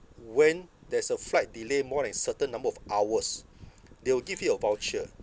when there's a flight delay more than certain number of hours they will give you a voucher